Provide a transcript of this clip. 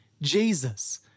Jesus